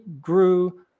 grew